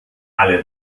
alle